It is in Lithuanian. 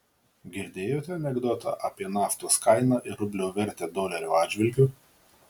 girdėjote anekdotą apie naftos kainą ir rublio vertę dolerio atžvilgiu